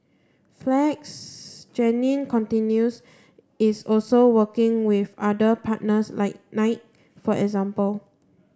flex Jeannine continues is also working with other partners like Nike for example